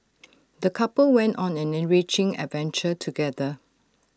the couple went on an enriching adventure together